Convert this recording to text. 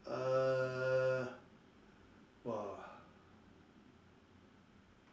err !wah!